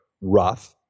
rough